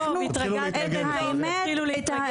כן, התרגלתם לטוב התרגלתם לטוב תתחילו להתרגל.